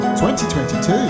2022